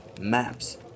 maps